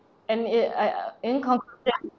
and it I uh in conclusion